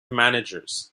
managers